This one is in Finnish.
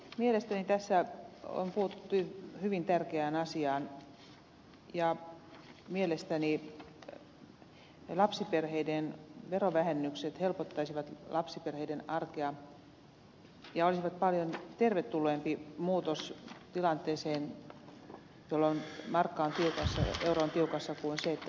mielestäni tässä on puututtu hyvin tärkeään asiaan ja mielestäni lapsiperheiden verovähennykset helpottaisivat lapsiperheiden arkea ja olisivat paljon tervetulleempi muutos tilanteeseen jolloin euro on tiukassa kuin se että on tulonsiirtoja